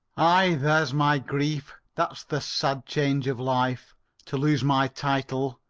ay, there's my grief that's the sad change of life to lose my title,